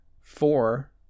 four